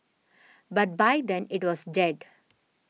but by then it was dead